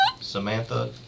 Samantha